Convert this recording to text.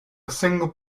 single